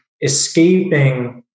escaping